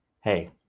Hey